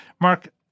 Mark